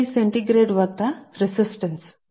ఇక్కడ సెల్సియస్ వద్ద రెసిస్టెన్స్